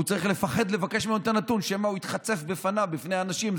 והוא צריך לפחד לבקש ממנו את הנתון שמא הוא יתחצף לפניו בפני אנשים,